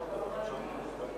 לחבר הכנסת